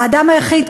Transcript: האדם היחיד,